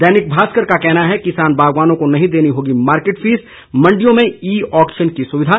दैनिक भास्कर का कहना है किसान बागवानों को नहीं देनी होगी मार्केट फीस मंडियों में ई ऑक्शन की सुविधा